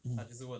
mm